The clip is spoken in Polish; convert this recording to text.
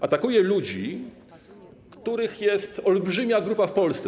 Atakuje ludzi, których jest olbrzymia grupa w Polsce.